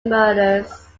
murders